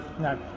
No